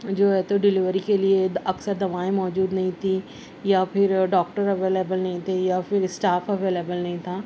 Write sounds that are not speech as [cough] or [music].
جو ہے تو ڈیلیوری کے لیے [unintelligible] اکثر دوائیں موجود نہیں تھیں یا پھر ڈاکٹر اویلیبل نہیں تھے یا پھر اسٹاف اویلیبل نہیں تھا